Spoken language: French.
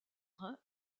rhin